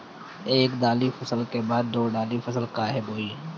एक दाली फसल के बाद दो डाली फसल काहे बोई?